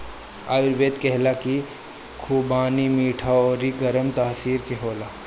आयुर्वेद कहेला की खुबानी मीठा अउरी गरम तासीर के होला